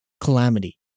calamity